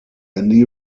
and